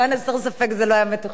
למען הסר ספק, זה לא היה מתוכנן.